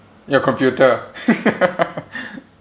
your computer